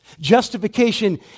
Justification